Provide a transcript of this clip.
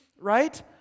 Right